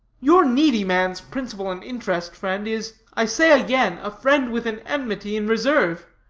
your needy man's principle-and-interest friend is, i say again, a friend with an enmity in reserve.